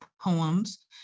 poems